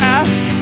ask